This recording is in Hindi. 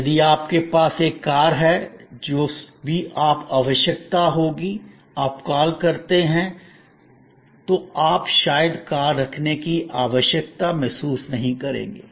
यदि आपके पास एक कार है तो जब भी आपको आवश्यकता होती है आप कॉल करते हैं तो आप शायद कार रखने की आवश्यकता महसूस नहीं करेंगे